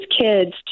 kids